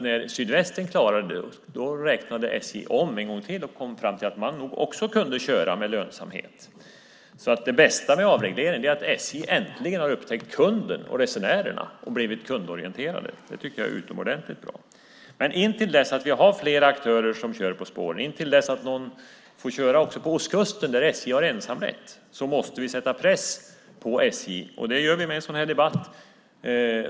När Sydvästen klarade det räknade SJ en gång till och kom fram till att man nog också kunde köra med lönsamhet. Det bästa med avreglering är alltså att SJ har upptäckt kunden och resenärerna och blivit kundorienterade. Det tycker jag är utomordentligt bra. Men till dess att vi har fler aktörer som kör på spåren, till dess att någon får köra också på ostkusten där SJ har ensamrätt, måste vi sätta press på SJ. Det gör vi med en sådan här debatt.